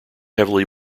heavily